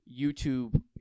youtube